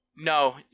No